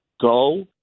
go